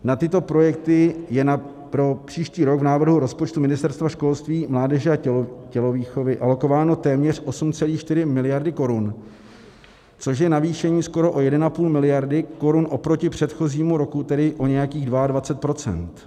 Na tyto projekty je pro příští rok v návrhu rozpočtu Ministerstva školství, mládeže a tělovýchovy alokováno téměř 8,4 miliardy korun, což je navýšení skoro o 1,5 miliardy korun oproti předchozímu roku, tedy o nějakých 22 %.